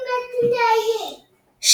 משתי מדינות.